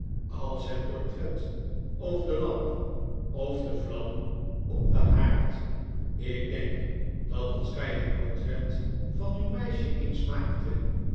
als het portret of de lamp of de vlam op den haard ik denk dat als gy het portret van uw meisje eens maaktet